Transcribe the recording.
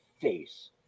face